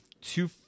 two